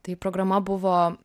tai programa buvo